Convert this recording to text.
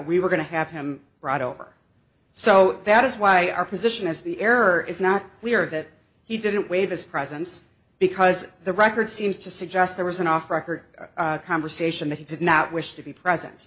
we were going to have him brought over so that is why our position is the error is not clear that he didn't waive his presence because the record seems to suggest there was an off record conversation that he did not wish to be present